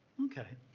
okay.